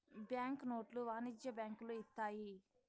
bank నోట్లు వాణిజ్య బ్యాంకులు ఇత్తాయి